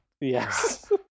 yes